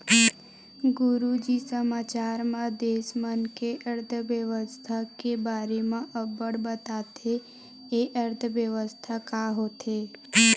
गुरूजी समाचार म देस मन के अर्थबेवस्था के बारे म अब्बड़ बताथे, ए अर्थबेवस्था का होथे?